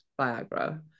Viagra